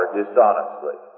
dishonestly